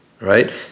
right